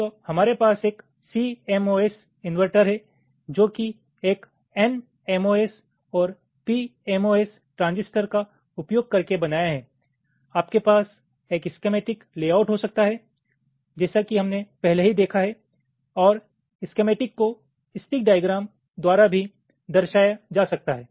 तो हमारे पास एक सीएमओएस इन्वर्टर है जो कि एक nMOS और pMOS ट्रांजिस्टर का उपयोग करके बनाया हैं आपके पास एक स्केमेटीक लेआउट हो सकता है जैसा कि हमने पहले ही देखा है और स्केमेटीक को स्टिक डाईग्राम द्वारा भी दर्शाया जा सकता है